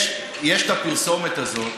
עיסאווי, יש את הפרסומת הזאת,